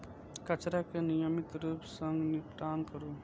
कचरा के नियमित रूप सं निपटान करू